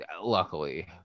luckily